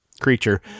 creature